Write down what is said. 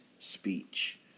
speech